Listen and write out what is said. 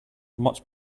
much